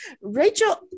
Rachel